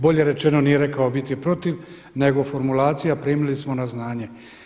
Bolje rečeno nije rekao biti protiv, nego formulacija primili smo na znanje.